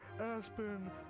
Aspen